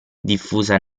diffusa